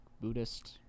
Buddhist